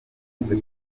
uze